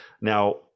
Now